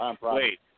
Wait